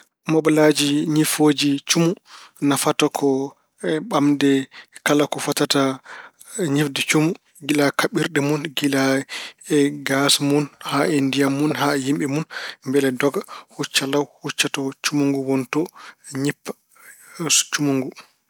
Mobelaaji ñifooji cumu nafata ko ɓamde kala ko fotata ñifde cumu gila kaɓirɗe mun, gila gaas mun haa e ndiyam mun, haa e yimɓe mun mbele doga, hucca law, hucca to cumu ngu woni to, ñippa cumu ngu.